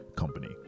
company